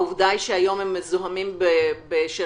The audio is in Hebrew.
העובדה היא שהיום הם מזוהמים בשאריות